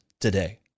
today